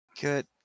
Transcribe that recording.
Good